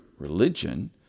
religion